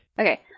Okay